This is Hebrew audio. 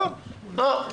לא,